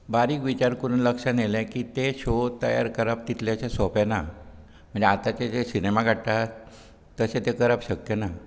बारीक विचार करून लक्षांत येयल्यार की ते शो तयार करप तितलेंशें सोंपे ना म्हणजें आतांचें जें सिनेमा काडटात तशें तें करप शक्य ना